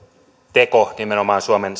teko nimenomaan suomen